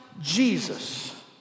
Jesus